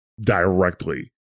directly